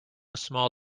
small